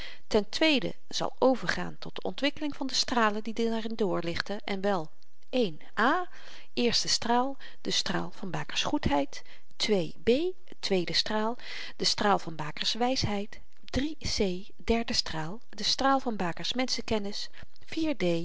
ten tweede zal overgaan tot de ontwikkeling van de stralen die daarin doorlichten en wel a eerste straal de straal van baker's goedheid b tweede straal de straal van baker's wysheid c derde straal de straal van baker's menschenkennis